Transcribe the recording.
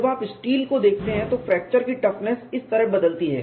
जब आप स्टील को देखते हैं तो फ्रैक्चर की टफनेस इस तरह बदलती है